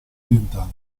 orientale